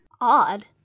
Odd